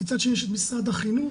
מצד שני יש את משרד החינוך,